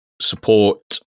support